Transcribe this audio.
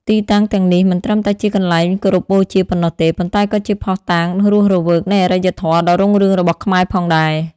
ទីតាំងទាំងនេះមិនត្រឹមតែជាកន្លែងគោរពបូជាប៉ុណ្ណោះទេ ប៉ុន្តែក៏ជាភស្តុតាងរស់រវើកនៃអរិយធម៌ដ៏រុងរឿងរបស់ខ្មែរផងដែរ។